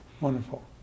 Wonderful